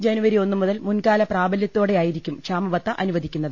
ജനുവരി ഒന്നു മുതൽ മുൻകാല പ്രാബല്യത്തോടെ യായിരിക്കും ക്ഷാമ ബത്ത അനുവദിക്കുന്നത്